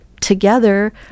together